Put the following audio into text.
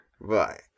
bye